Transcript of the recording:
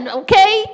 okay